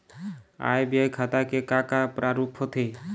आय व्यय खाता के का का प्रारूप होथे?